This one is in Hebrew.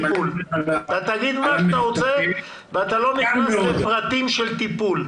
תגיד מה שאתה רוצה אבל לא תיכנס לפרטים של טיפול.